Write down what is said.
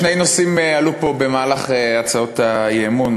שני נושאים עלו פה בהצעות האי-אמון,